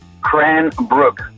Cranbrook